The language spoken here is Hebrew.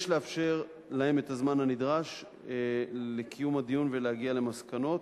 יש לאפשר להם את הזמן הנדרש לקיים את הדיון ולהגיע למסקנות.